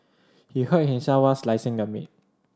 he hurt himself while slicing the meat